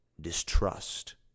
distrust